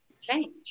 change